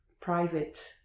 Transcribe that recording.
private